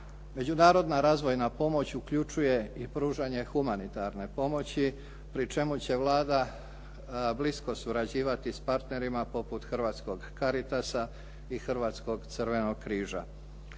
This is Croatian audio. Međunarodna razvojna pomoć uključuje i pružanje humanitarne pomoći pri čemu će Vlada blisko surađivati s partnerima poput hrvatskog Caritasa i hrvatskog Crvenog križa.